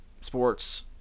sports